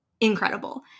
incredible